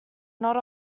not